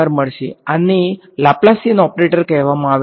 આને Laplacian operator કહેવામાં આવે છે